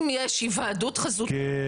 אם יש היוועדות חזותית,